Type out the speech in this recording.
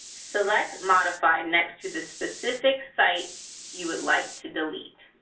select modify next to the specific site you would like to delete.